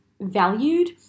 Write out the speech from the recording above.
valued